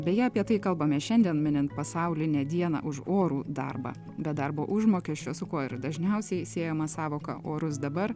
beje apie tai kalbame šiandien minint pasaulinę dieną už orų darbą be darbo užmokesčio su kuo ir dažniausiai siejama sąvoka orus dabar